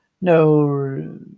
no